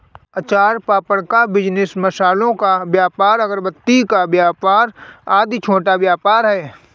अचार पापड़ का बिजनेस, मसालों का व्यापार, अगरबत्ती का व्यापार आदि छोटा व्यापार है